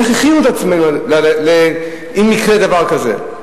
איך הכינו את עצמנו, אם יקרה דבר כזה?